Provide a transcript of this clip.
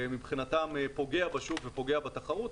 מבחינתם הוא פוגע בשוק ופוגע בתחרות.